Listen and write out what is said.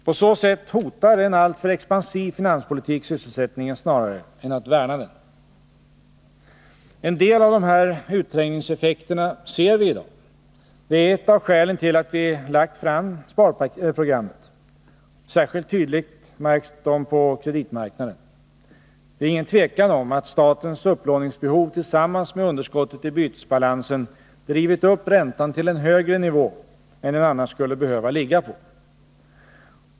På så sätt hotar en alltför expansiv finanspolitik sysselsättningen snarare än att värna den. En del av de här utträngningseffekterna ser vii dag. Det är ett av skälen till att vi lagt fram sparprogrammet. Särskilt tydligt märks de på kreditmarknaden. Det är inget tvivel om att statens upplåningsbehov tillsammans med underskottet i bytesbalansen drivit upp räntan till en högre nivå än den annars skulle behöva ligga på.